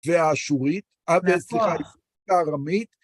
והאשורית, איפה ה... אה סליחה, והארמית.